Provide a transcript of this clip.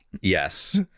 yes